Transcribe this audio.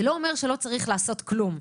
זה לא אומר שלא צריך לעשות כלום.